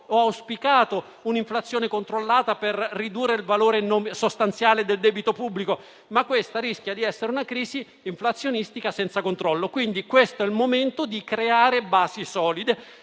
ho auspicato un'inflazione controllata per ridurre il valore sostanziale del debito pubblico, ma quella attuale rischia di essere una crisi inflazionistica senza controllo. Questo è dunque il momento per creare basi solide